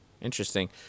Interesting